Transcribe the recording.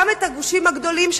גם את הגושים הגדולים,